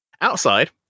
Outside